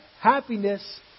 happiness